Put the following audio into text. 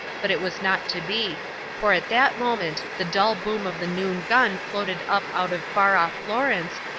but it was not to be for at that moment the dull boom of the noon gun floated up out of far-off florence,